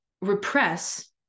repress